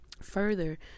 further